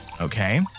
okay